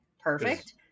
Perfect